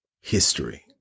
history